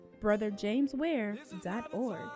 brotherjamesware.org